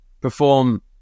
perform